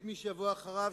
את מי שיבוא אחריו,